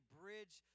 bridge